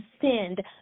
send